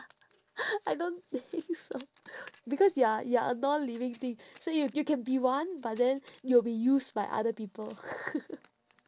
I don't think so because you are you are a non living thing so you you can be one but then you will be used by other people